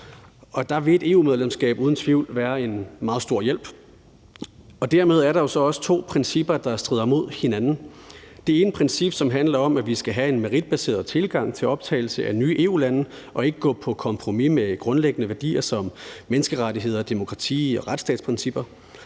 der vil et EU-medlemskab uden tvivl være en meget stor hjælp. Dermed er der jo også to principper, der strider mod hinanden. Det ene princip handler om, at vi skal have en meritbaseret tilgang til optagelse af nye EU-lande og ikke gå på kompromis med grundlæggende værdier som menneskerettigheder, demokrati og retsstatsprincipper.